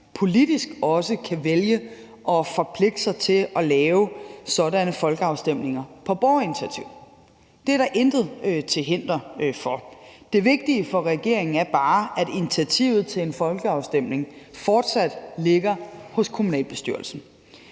politisk også kan vælge at forpligte sig til at lave sådanne folkeafstemninger på borgerinitiativ. Det er der intet til hinder for. Det vigtige for regeringen er bare, at initiativet til en folkeafstemning fortsat ligger hos kommunalbestyrelsen.